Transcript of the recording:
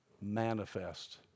manifest